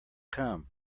come